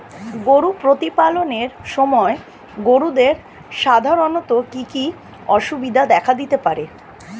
গরু প্রতিপালনের সময় গরুদের সাধারণত কি কি অসুবিধা দেখা দিতে পারে?